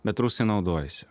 bet rusai naudojasi